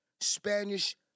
Spanish